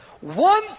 One